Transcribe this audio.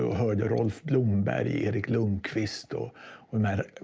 heard rolf blomberg, eric lundqvist ah um and